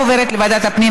מי בעד?